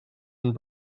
and